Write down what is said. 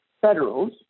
federals